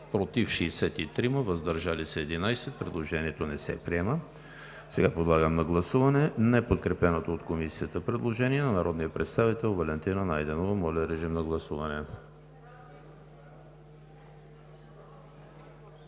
против 63, въздържали се 11. Предложението не се приема. Подлагам на гласуване неподкрепеното от Комисията предложение на народния представител Валентина Найденова. Гласували